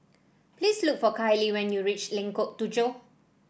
please look for Kylie when you reach Lengkok Tujoh